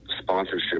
sponsorship